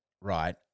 right